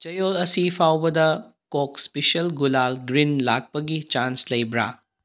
ꯆꯌꯣꯜ ꯑꯁꯤ ꯐꯥꯎꯕꯗ ꯀꯣꯛ ꯏꯁꯄꯤꯁꯦꯜ ꯒꯨꯂꯥꯜ ꯒ꯭ꯔꯤꯟ ꯂꯥꯛꯄꯒꯤ ꯆꯥꯟꯁ ꯂꯩꯕ꯭ꯔꯥ